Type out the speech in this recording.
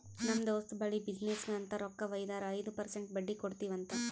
ನಮ್ ದೋಸ್ತ್ ಬಲ್ಲಿ ಬಿಸಿನ್ನೆಸ್ಗ ಅಂತ್ ರೊಕ್ಕಾ ವೈದಾರ ಐಯ್ದ ಪರ್ಸೆಂಟ್ ಬಡ್ಡಿ ಕೊಡ್ತಿವಿ ಅಂತ್